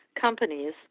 companies